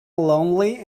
lonely